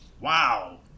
Wow